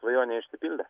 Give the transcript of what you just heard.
svajonė išsipildė